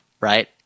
right